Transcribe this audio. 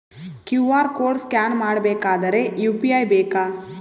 QR code scan ಮಾಡಬೇಕಾದರೆ UPI ಬೇಕಾ?